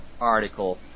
article